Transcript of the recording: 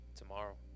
tomorrow